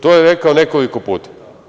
To je rekao nekoliko puta.